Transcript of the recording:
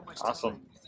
Awesome